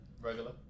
Regular